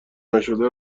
نشده